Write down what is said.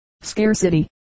scarcity